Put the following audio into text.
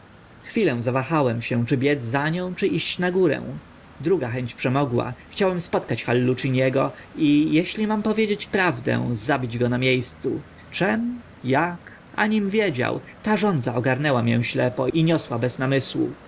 chwilę zawahałem się czy biec za nią czy iść na górę druga chęć przemogła chciałem spotkać halluciniego i eśli mam powiedzieć prawdę zabić go na mie scu czemu jak anim wiedział ta żądza ogarnęła mię ślepo i niosła bez namysłu